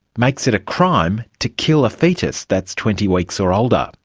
makes it a crime to kill a fetus that's twenty weeks or older.